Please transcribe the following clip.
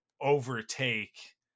overtake